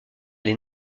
les